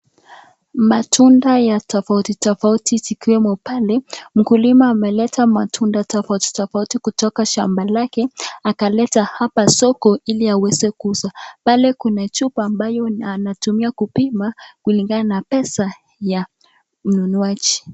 Matunda ya tofauti tofauti zikiwemo pale, mkulima ameleta matunda tofauti tofauti kutoka shamba lake akaleta hapa soko ili aweze kuuza, pale kuna chupa ambayo anatumia kupima kulingana na pesa ya mnunuaji.